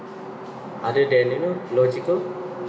other than you know logical